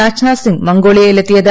Rajnath Singh മംഗോളിയയിലെത്തിയത്